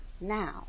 now